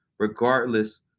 regardless